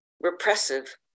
repressive